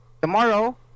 tomorrow